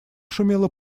шумела